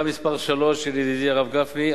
3. ידידי הרב גפני,